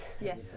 Yes